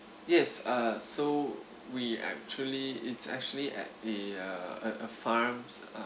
yes uh so we actually it's actually at a uh a farms